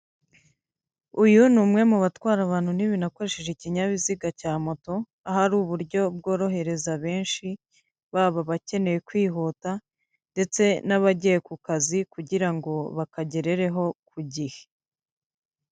Uyu ni umwe mu batwara abantu n'ibintu na akoresheje ikinyabiziga cya moto, aho ari uburyo bworohereza benshi baba bakeneye kwihuta ndetse n'abagiye ku kazi kugira bakagereho ku gihe.